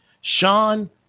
Sean